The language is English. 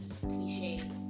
cliche